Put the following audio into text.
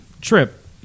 Trip